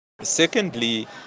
Secondly